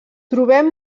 trobem